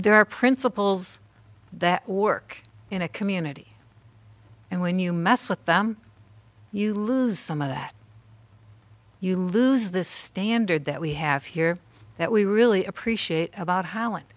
there are principles that work in a community and when you mess with them you lose some of that you lose the standard that we have here that we really appreciate about how